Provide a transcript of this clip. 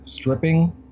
stripping